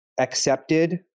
accepted